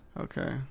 okay